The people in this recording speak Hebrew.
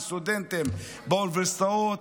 כסטודנטים באוניברסיטאות.